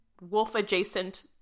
wolf-adjacent